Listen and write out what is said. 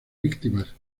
víctimas